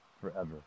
forever